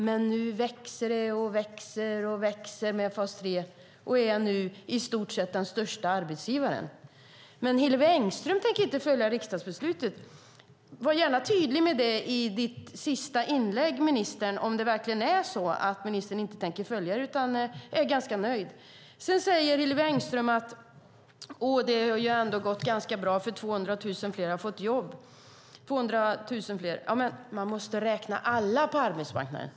Men nu växer fas 3 hela tiden och är nu i stort sett den största arbetsgivaren. Men Hillevi Engström tänker inte följa riksdagsbeslutet. Var gärna tydlig med det i ditt sista inlägg, ministern, om det verkligen är så att du inte tänker följa det utan är ganska nöjd. Sedan säger Hillevi Engström att det ändå har gått ganska bra eftersom 200 000 fler har fått jobb. Men man måste räkna alla på arbetsmarknaden.